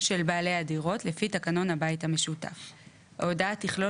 של בעלי דירות לפי תקנון הבית המשותף; ההודעה תכלול